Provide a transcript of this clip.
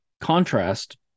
contrast